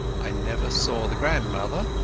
i never saw the grandmother,